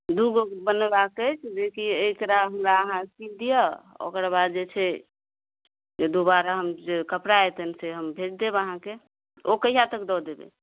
दू गो बनेबाक अछि जेकि एकरा हमरा अहाँ सी दिअ ओकर बाद जे छै जे दूबारा हम जे कपड़ा अयतनि से हम भेज देब अहाँके ओ कहिआ तक दऽ देबै